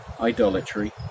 idolatry